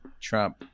Trump